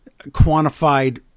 quantified